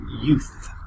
youth